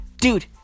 dude